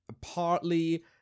partly